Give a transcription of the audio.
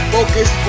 Focus